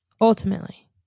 ultimately